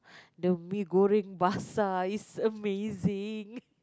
the mee-goreng basah is amazing